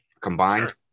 Combined